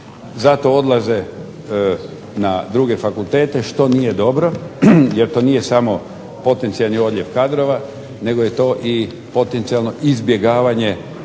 Zato odlaze na druge fakultete što nije dobro, jer to nije samo potencijalni odljev kadrova nego je to i potencijalno izbjegavanje